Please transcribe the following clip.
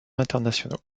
internationaux